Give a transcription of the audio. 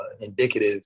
indicative